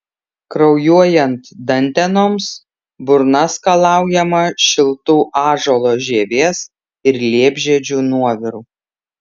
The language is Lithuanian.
kraujuojant dantenoms burna skalaujama šiltu ąžuolo žievės ir liepžiedžių nuoviru